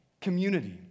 community